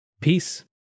Peace